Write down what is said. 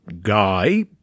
guy